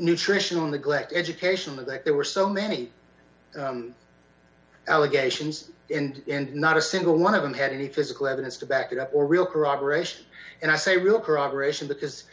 nutritional neglect education that there were so many allegations and not a single one of them had any physical evidence to back it up or real corroboration and i say real corroboration because